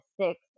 six